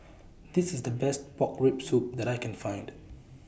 This IS The Best Pork Rib Soup that I Can Find